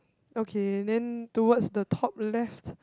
okay then towards the top left